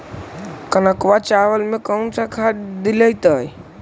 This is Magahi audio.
कनकवा चावल में कौन से खाद दिलाइतै?